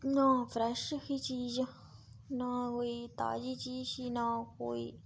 ना फ्रैश ही चीज़ ना कोई ताज़ी चीज़ ही ना कोई